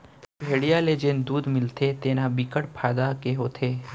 भेड़िया ले जेन दूद मिलथे तेन ह बिकट फायदा के होथे